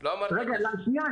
שנייה,